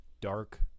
dark